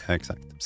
Exakt